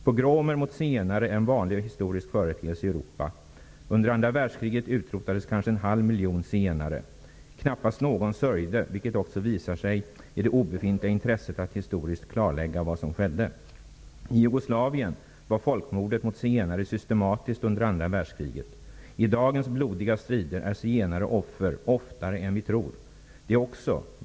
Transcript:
Pogromer mot zigenare är en vanlig historisk företeelse i Europa. Under andra världskriget utrotades kanske en halv miljon zigenare. Knappast någon sörjde, vilket också visar sig i det obefintliga intresset av att historiskt klarlägga vad som skedde. I Jugoslavien var folkmordet mot zigenare systematiskt under andra världskriget. I dagens blodiga strider är zigenare offer oftare än vi tror.